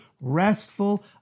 restful